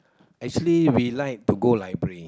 actually we like to go library